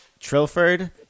Trilford